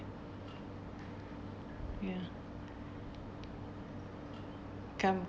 ya